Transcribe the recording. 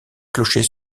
clocher